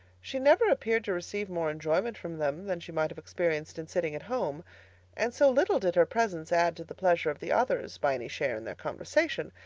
she never appeared to receive more enjoyment from them than she might have experienced in sitting at home and so little did her presence add to the pleasure of the others, by any share in their conversation,